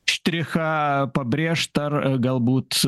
štrichą pabrėžt ar a galbūt